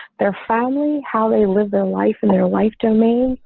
their family, how they live their life in their life domain.